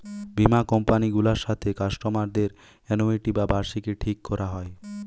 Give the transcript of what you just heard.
বীমা কোম্পানি গুলার সাথে কাস্টমারদের অ্যানুইটি বা বার্ষিকী ঠিক কোরা হয়